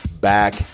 back